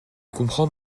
comprends